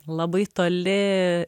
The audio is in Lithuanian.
labai toli